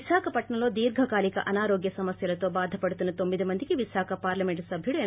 విశాఖపట్నంలో దీర్ఘకాలిక అనారోగ్య సమస్యలతో బాధపడుతున్న తొమ్మిది మందికి విశాఖ పార్లమెంటు సభ్యుడు ఎం